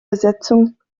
besetzung